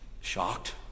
shocked